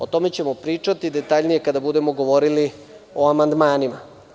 O tome ćemo pričati detaljnije kada budemo govorili o amandmanima.